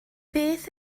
beth